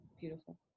beautiful